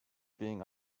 being